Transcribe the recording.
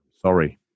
Sorry